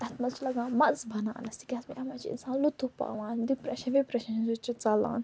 تَتھ منٛز چھُ لگان مزٕ بناونس یہ تِکیٚازِ اتھ منٛز چھُ انسان لُطف پاوان ڈِپرٛیشن وِپرٛیشن چھُس ژلان